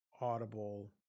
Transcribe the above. Audible